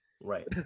Right